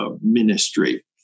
ministry